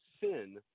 sin